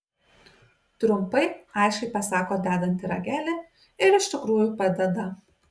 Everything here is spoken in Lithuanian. trumpai aiškiai pasako dedanti ragelį ir iš tikrųjų padeda